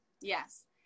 Yes